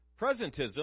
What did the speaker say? presentism